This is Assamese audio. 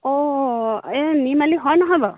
অঁ এই নিৰ্মালি হয় নহয় বাৰু